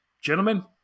Gentlemen